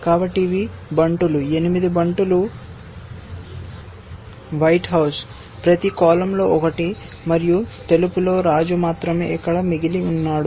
కాబట్టి ఇవి బంటులు 8 బంటులు వైట్ హౌస్ ప్రతి కాలమ్లో ఒకటి మరియు తెలుపులో రాజు మాత్రమే ఇక్కడ మిగిలి ఉన్నాడు